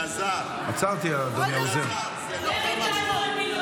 אלעזר, זה לא במקום.